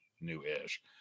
new-ish